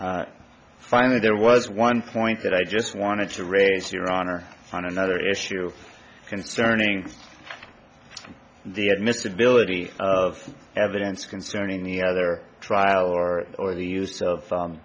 e finally there was one point that i just wanted to raise your honor on another issue concerning the admissibility of evidence concerning the other trial or or the use of